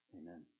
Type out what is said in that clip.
amen